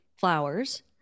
flowers